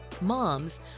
moms